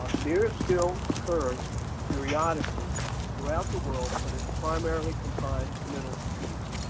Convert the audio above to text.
ah mers still occurs periodically throughout the world, but it's primarily confined to the middle east.